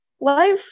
Life